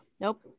Nope